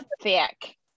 thick